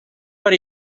per